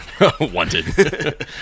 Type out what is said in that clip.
wanted